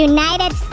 United